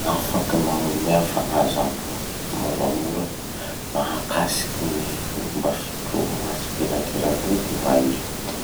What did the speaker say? Afaky manome fagnazavà moramora mahakasiky ny fomba fitroha gn'aspirateur loto va iha?